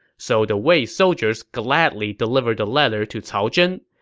so the wei soldiers gladly delivered the letter to cao zhen.